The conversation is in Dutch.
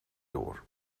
door